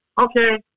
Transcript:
okay